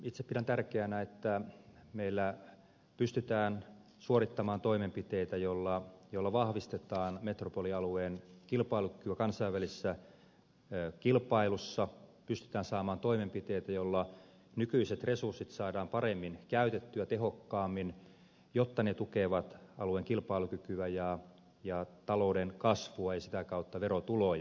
itse pidän tärkeänä että meillä pystytään suorittamaan toimenpiteitä joilla vahvistetaan metropolialueen kilpailukykyä kansainvälisessä kilpailussa pystytään saamaan toimenpiteitä joilla nykyiset resurssit saadaan paremmin käytettyä tehokkaammin jotta ne tukevat alueen kilpailukykyä ja talouden kasvua ja sitä kautta verotuloja